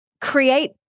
create